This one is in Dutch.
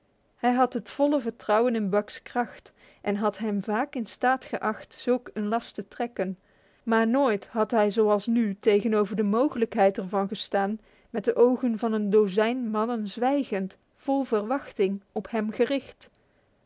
hij had het volle vertrouwen in buck's kracht en had hem vaak in staat geacht zulk een last te trekken maar nooit had hij zoals nu tegenover de mogelijkheid er van gestaan met de ogen van een dozijn mannen zwijgend vol verwachting op hem gericht